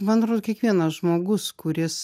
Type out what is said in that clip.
manrodo kiekvienas žmogus kuris